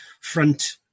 front